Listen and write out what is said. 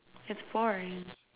it's boring